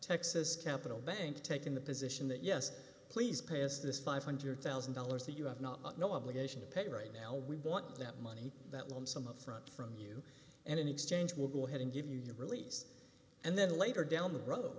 texas capital bank taking the position that yes please pay us this five hundred thousand dollars that you have not no obligation to pay right now we want that money that lump sum up front from you and in exchange will go ahead and give you your release and then later down the road